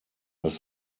dass